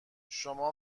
شما